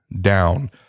down